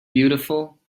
beautiful